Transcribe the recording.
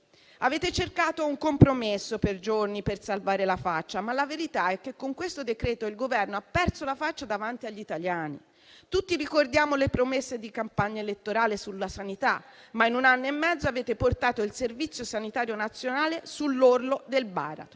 Avete cercato un compromesso per giorni per salvare la faccia, ma la verità è che con questo decreto-legge il Governo ha perso la faccia davanti agli italiani. Tutti ricordiamo le promesse di campagna elettorale sulla sanità, ma in un anno e mezzo avete portato il Servizio sanitario nazionale sull'orlo del baratro.